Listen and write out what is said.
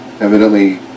Evidently